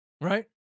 right